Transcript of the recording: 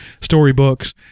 storybooks